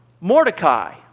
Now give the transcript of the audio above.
Mordecai